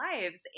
lives